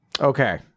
Okay